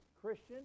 christian